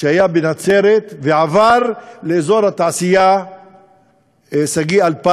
שהיה בנצרת ועבר לאזור התעשייה שגיא-2000,